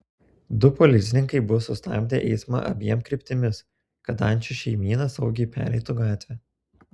du policininkai buvo sustabdę eismą abiem kryptimis kad ančių šeimyna saugiai pereitų gatvę